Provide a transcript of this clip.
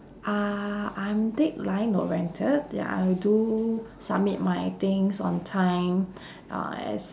ah I'm deadline oriented ya I do submit my things on time uh as